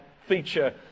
feature